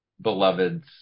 beloved's